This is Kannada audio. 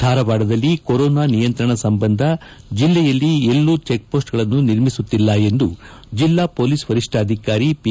ಧಾರವಾಡದಲ್ಲಿ ಕೊರೊನಾ ನಿಯಂತ್ರಣ ಸಂಬಂಧ ಜಿಲ್ಲೆಯಲ್ಲಿ ಎಲ್ಲೂ ಚೆಕ್ ಪೋಸ್ಟ್ಗಳನ್ನು ನಿರ್ಮಿಸುತ್ತಿಲ್ಲ ಎಂದು ಜಿಲ್ಲಾ ಪೊಲೀಸ್ ವರಿಷ್ಠಾಧಿಕಾರಿ ಪಿ